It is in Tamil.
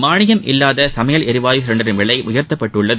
மானியமில்லாத சமையல் எரிவாயு சிலிண்டரின் விலை உயர்த்தப்பட்டுள்ளது